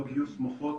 לא בגיוס מוחות